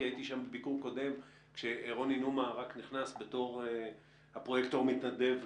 כי הייתי שם בביקור קודם כשרוני נומה רק נכנס בתור פרויקטור מתנדב,